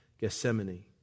Gethsemane